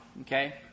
Okay